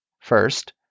First